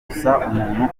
kwirinda